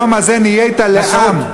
היום הזה נהיית לעם,